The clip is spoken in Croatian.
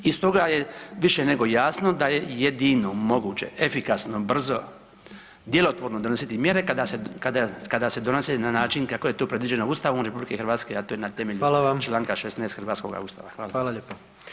I stoga je više nego jasno da je jedino moguće efikasno brzo, djelotvorno donositi mjere kada se donose na način kako je to predviđeno Ustavom RH, a to je na temelju čl. 16. hrvatskoga Ustava.